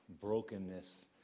brokenness